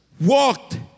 walked